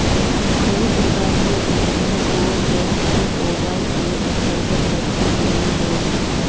सभी प्रकार के घोंघा को गैस्ट्रोपोडा के अन्तर्गत रखल गेलई हे